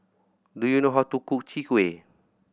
do you know how to cook Chwee Kueh